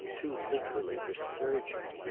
too literally resurgent.